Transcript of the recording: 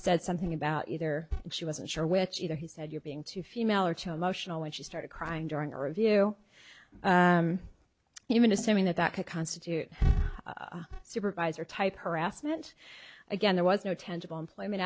said something about either she wasn't sure which either he said you're being too female or child motional when she started crying during a review even assuming that that could constitute a supervisor type harassment again there was no tangible employment